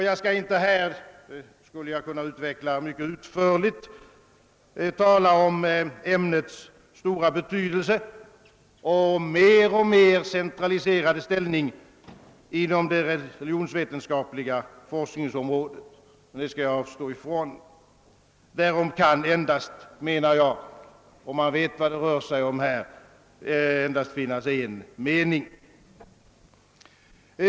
Jag skulle här kunna tala mycket utförligt om ämnets stora betydelse och alltmer centrala ställning inom det religionsvetenskapliga forskningsområdet, men jag skall avstå från det. Därom kan endast finnas en mening bland dem som vet vad det rör sig om, menar jag.